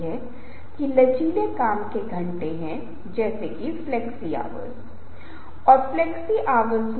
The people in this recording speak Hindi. इसलिए घटक जैसे चेतावनी व्याकुलता और हमारे पास टीककरणइनोक्यूलेशन Inoculation सिद्धांत है जहां एक निश्चित चीज पेश की जाती है